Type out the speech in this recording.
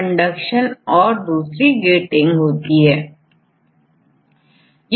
यहां ओपन और closed conformation change से मेंब्रेन के पार मॉलिक्यूल या आयन का प्रवेश निर्धारित करती है